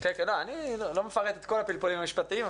אני לא מפרט את כל הפלפולים המשפטיים,